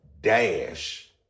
dash